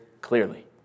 clearly